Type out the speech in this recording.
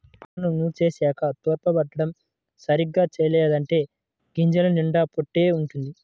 పంటను నూర్చేశాక తూర్పారబట్టడం సరిగ్గా చెయ్యలేదంటే గింజల నిండా పొట్టే వుంటది